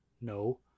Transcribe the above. No